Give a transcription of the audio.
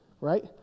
right